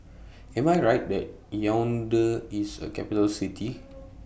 Am I Right that Yaounde IS A Capital City